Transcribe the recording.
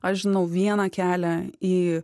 aš žinau vieną kelią į